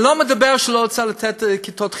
אני לא מדבר על זה שהוא לא רצה לתת כיתות חינוך,